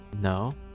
No